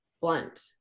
blunt